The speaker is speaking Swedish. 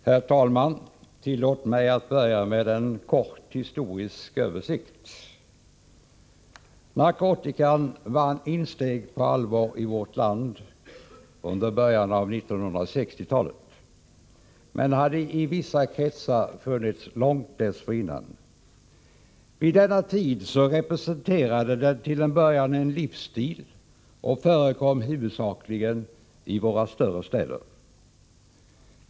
Herr talman! Tillåt mig att börja med en kort historisk översikt. Narkotikan vann insteg på allvar i vårt land under början av 1960-talet men hade i vissa kretsar funnits under lång tid dessförinnan. Vid denna tid representerade den till en början en viss livsstil och förekom huvudsakligen i våra större städer.